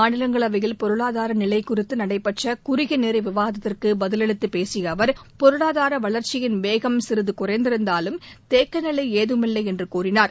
மாநிலங்களவையில் பொருளாதார நிலை குறித்து நடைபெற்ற குறுகிய நேர விவாதத்திற்கு பதிலளித்துப் பேசிய அவர் பொருளாதார வளர்ச்சியின் வேகம் சிறிது குறைந்திருந்தாலும் தேக்கநிலை ஏதுமில்லை என்று கூறினார்